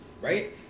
right